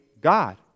God